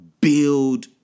build